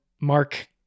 mark